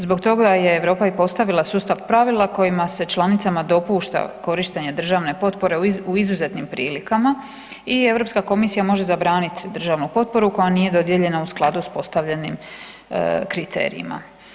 Zbog toga je Europa i postavila sustav pravila kojima se članicama dopušta korištenje državne potpore u izuzetnim prilikama i Europska komisija može zabranit državnu potporu koja nije dodijeljena u skladu s postavljenim kriterijima.